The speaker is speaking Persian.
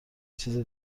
چیز